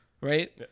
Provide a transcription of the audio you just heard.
right